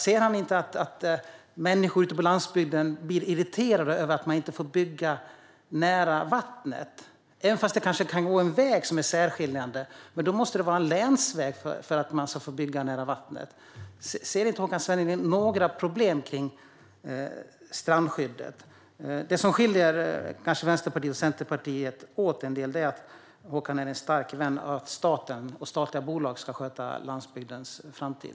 Ser han inte att människor ute på landsbygden blir irriterade över att de inte får bygga nära vattnet, även om det går en väg som är särskiljande - men då måste det vara en länsväg för att man ska få bygga nära vattnet? Ser inte Håkan Svenneling några problem med strandskyddet? Det som skiljer Vänsterpartiet och Centerpartiet åt en del är att Håkan är en stark vän av staten och anser att statliga bolag ska sköta landsbygdens framtid.